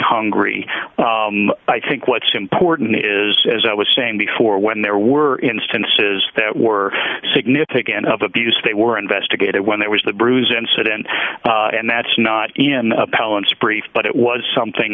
hungry i think what's important is as i was saying before when there were instances that were significant of abuse they were investigated when there was the bruise incident and that's not in a balance brief but it was something